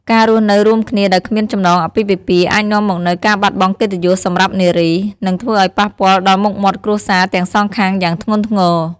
ការរស់នៅរួមគ្នាដោយគ្មានចំណងអាពាហ៍ពិពាហ៍ អាចនាំមកនូវការបាត់បង់កិត្តិយសសម្រាប់នារី និងធ្វើឱ្យប៉ះពាល់ដល់មុខមាត់គ្រួសារទាំងសងខាងយ៉ាងធ្ងន់ធ្ងរ។